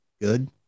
good